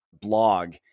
blog